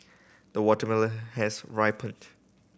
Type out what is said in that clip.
the watermelon has ripened